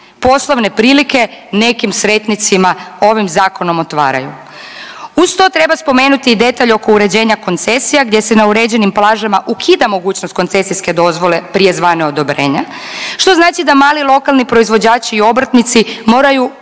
poslovne prilike nekim sretnicima ovim zakonom otvaraju. Uz to treba spomenuti i detalj oko uređenja koncesija gdje se na uređenim plažama ukida mogućnost koncesijske dozvole prije zvano odobrenja, što znači da mali lokalni proizvođači i obrtnici moraju